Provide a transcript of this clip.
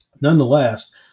nonetheless